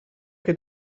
che